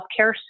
healthcare